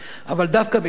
אבל דווקא מפני כך,